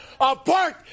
apart